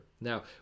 Now